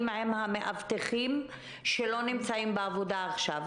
אצל המאבטחים שלא נמצאים בעבודה עכשיו.